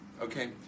okay